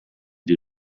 due